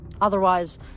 Otherwise